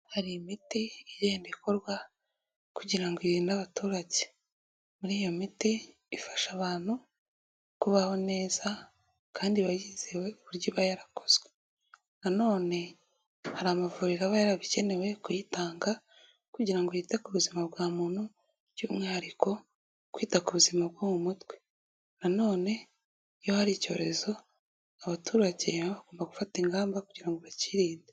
Hari imiti igenda ikorwa kugira ngo irinde abaturage, muri iyo miti ifasha abantu kubaho neza, kandi iba yizewe uburyo iba yarakozwe, nanone hari amavuriro aba yarabigenewe kuyitanga, kugira ngo yite ku buzima bwa muntu, by'umwihariko kwita ku buzima bwo mu mutwe, nanone iyo hari icyorezo abaturage baba bagomba gufata ingamba kugira ngo bakirinde.